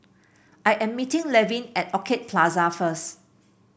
I am meeting Levin at Orchid Plaza first